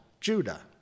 Judah